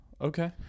Okay